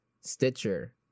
Stitcher